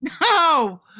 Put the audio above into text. No